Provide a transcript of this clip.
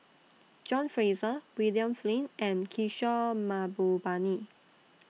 John Fraser William Flint and Kishore Mahbubani